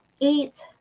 eight